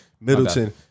Middleton